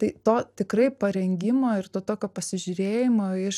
tai to tikrai parengimo ir to tokio pasižiūrėjimo iš